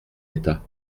d’état